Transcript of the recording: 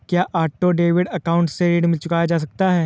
क्या auto debit account से ऋण चुकाया जा सकता है?